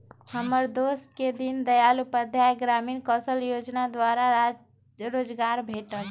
हमर दोस के दीनदयाल उपाध्याय ग्रामीण कौशल जोजना द्वारा रोजगार भेटल